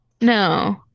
No